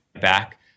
back